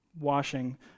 washing